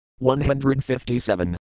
157